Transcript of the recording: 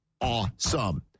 awesome